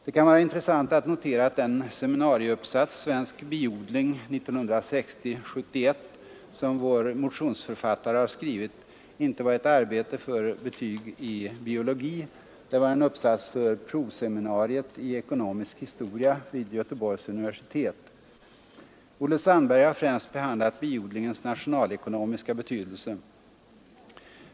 Det kan vara intressant att notera att den seminarieuppsats, Svensk biodling 1960-1971, som vår motionsförfattare har skrivit inte var ett arbete för betyg i biologi. Det var en uppsats för proseminariet i ekonomisk historia vid Göteborgs universitet. Olle Sandberg har främst behandlat biodlingens nationalekonomiska betydelse.